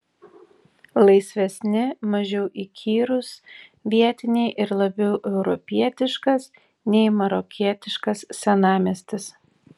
laisvesni mažiau įkyrūs vietiniai ir labiau europietiškas nei marokietiškas senamiestis